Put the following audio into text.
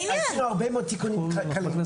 עשינו הרבה תיקונים כלכליים.